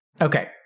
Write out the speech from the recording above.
Okay